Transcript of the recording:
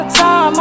time